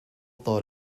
thought